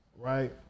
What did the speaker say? Right